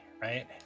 right